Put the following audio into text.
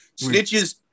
snitches